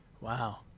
Wow